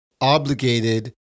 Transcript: obligated